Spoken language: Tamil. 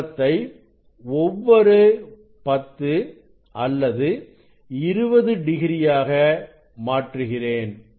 கோணத்தை ஒவ்வொரு 10 அல்லது 20 டிகிரியாக மாற்றுகிறேன்